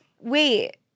Wait